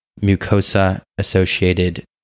mucosa-associated